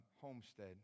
homestead